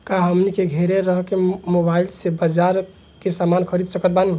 का हमनी के घेरे रह के मोब्बाइल से बाजार के समान खरीद सकत बनी?